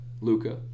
Luca